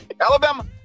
Alabama